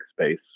space